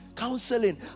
counseling